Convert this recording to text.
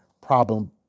problem